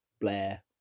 Blair